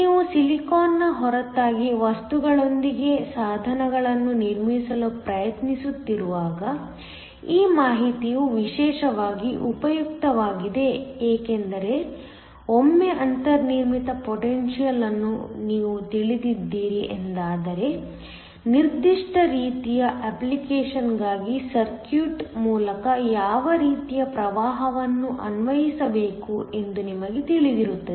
ನೀವು ಸಿಲಿಕಾನ್ನ ಹೊರತಾಗಿ ವಸ್ತುಗಳೊಂದಿಗೆ ಸಾಧನಗಳನ್ನು ನಿರ್ಮಿಸಲು ಪ್ರಯತ್ನಿಸುತ್ತಿರುವಾಗ ಈ ಮಾಹಿತಿಯು ವಿಶೇಷವಾಗಿ ಉಪಯುಕ್ತವಾಗಿದೆ ಏಕೆಂದರೆ ಒಮ್ಮೆ ಅಂತರ್ನಿರ್ಮಿತ ಪೊಟೆನ್ಶಿಯಲ್ ಅನ್ನು ನೀವು ತಿಳಿದಿದ್ದೀರಿ ಎಂದಾದರೆ ನಿರ್ದಿಷ್ಟ ರೀತಿಯ ಅಪ್ಲಿಕೇಶನ್ಗಾಗಿ ಸರ್ಕ್ಯೂಟ್ ಮೂಲಕ ಯಾವ ರೀತಿಯ ಪ್ರವಾಹವನ್ನು ಅನ್ವಯಿಸಬೇಕು ಎಂದು ನಿಮಗೆ ತಿಳಿದಿರುತ್ತದೆ